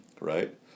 right